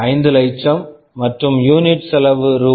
5 லட்சம் மற்றும் unit unit செலவு ரூ